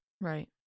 Right